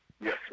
Yes